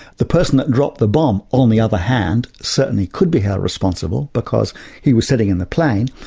the person that dropped the bomb, on the other hand, certainly could be held responsible because he was sitting in the plane.